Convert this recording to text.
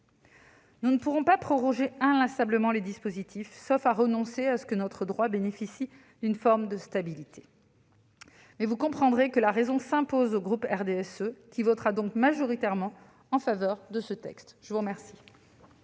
Nous ne pourrons pas proroger inlassablement les dispositifs, sauf à renoncer à ce que notre droit bénéficie d'une forme de stabilité. Mais vous comprendrez que la raison s'impose au groupe du RDSE, qui votera donc majoritairement en faveur de ce texte. La parole